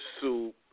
soup